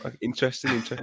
interesting